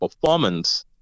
performance